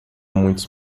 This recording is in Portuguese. muitos